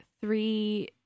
three